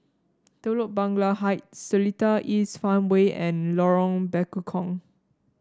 Telok Blangah Heights Seletar East Farmway and Lorong Bekukong